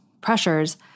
pressures